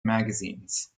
magazines